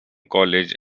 college